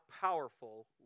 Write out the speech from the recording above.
powerful